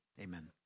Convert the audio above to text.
Amen